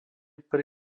pri